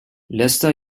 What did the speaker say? lester